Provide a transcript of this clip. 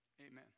Amen